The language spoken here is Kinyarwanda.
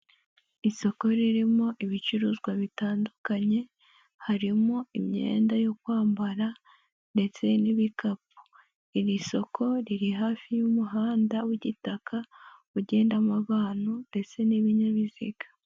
Isoko ririmo ibicuruzwa bitandukanye, harimo imyenda yo kwambara ndetse n'ibikapu. Iri soko riri hafi y'umuhanda w'igitaka ugendamo abantu ndetse n'ibinyabiziga.